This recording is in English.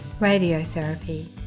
radiotherapy